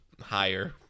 higher –